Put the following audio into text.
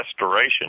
Restoration